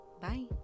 bye